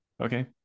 okay